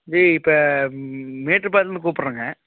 இது இப்போ மேட்டுப்பாளையத்துலருந்து கூப்பிட்றேங்க